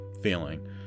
feeling